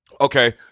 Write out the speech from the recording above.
okay